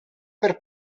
per